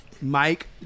Mike